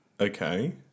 Okay